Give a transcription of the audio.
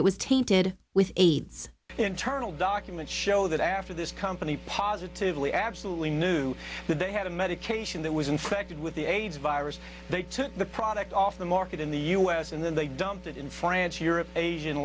it was tainted with aids internal documents show that after this company positively absolutely knew they had a medication that was infected with the aids virus they took the product off the market in the u s and then they dumped it in france europe asia